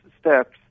steps